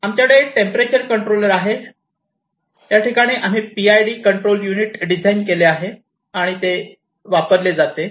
आमच्याकडे temperature controller आहे याठिकाणी आम्ही PID कंट्रोल युनिट डिझाईन केले आहे आणि ते वापरले जाते